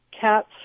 Cats